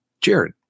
Jared